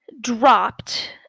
dropped